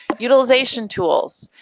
utilization tools